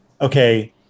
okay